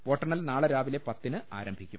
വോട്ടെണ്ണൽ നാളെ രാവിലെ പത്തിന് ആരംഭിക്കും